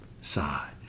side